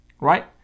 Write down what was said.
right